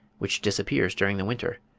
which disappears during the winter.